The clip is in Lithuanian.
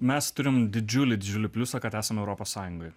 mes turim didžiulį didžiulį pliusą kad esam europos sąjungoj